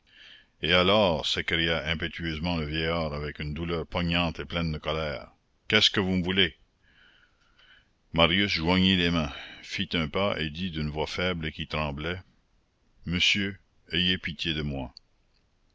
et alors s'écria impétueusement le vieillard avec une douleur poignante et pleine de colère qu'est-ce que vous me voulez marius joignit les mains fit un pas et dit d'une voix faible et qui tremblait monsieur ayez pitié de moi